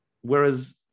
Whereas